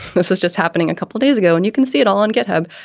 this is just happening a couple days ago and you can see it all on github.